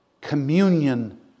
communion